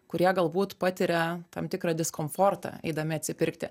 kurie galbūt patiria tam tikrą diskomfortą eidami atsipirkti